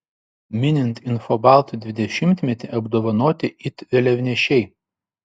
minint infobalt dvidešimtmetį apdovanoti it vėliavnešiai